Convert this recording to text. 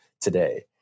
today